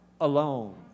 alone